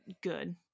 good